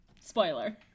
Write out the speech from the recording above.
spoiler